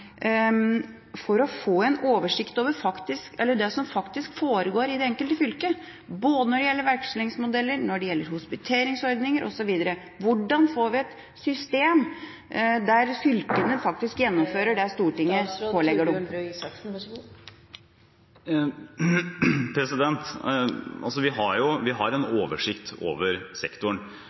for å få en oversikt over det som faktisk foregår i det enkelte fylket, både når det gjelder vekslingsmodeller og hospiteringsordninger osv.? Hvordan får vi et system der fylkene faktisk gjennomfører det Stortinget pålegger dem? Vi har en oversikt over sektoren. Men så er det helt riktig at det er fylkene som har